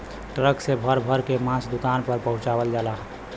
truck से भर भर के मांस दुकान पर पहुंचवाल जाला